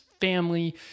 family